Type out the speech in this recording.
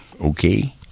Okay